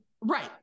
Right